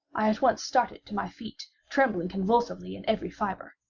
i at once started to my feet, trembling convulsively in every fibre.